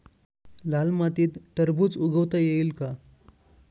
लाल मातीत टरबूज उगवता येईल का?